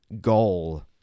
goal